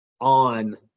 on